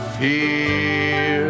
fear